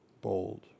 Bold